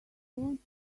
want